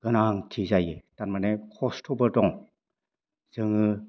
गोनांथि जायो थारमाने खस्थ'बो दं जों